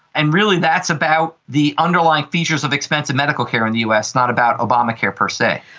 and really that's about the underlying features of expensive medical care in the us, not about obamacare per se.